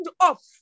off